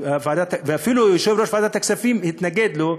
אפילו יושב-ראש ועדת הכספים התנגד לו,